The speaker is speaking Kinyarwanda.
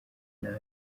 nabi